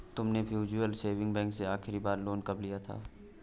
तुमने mutual saving bank से आखरी बार लोन कब लिया था?